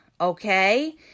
okay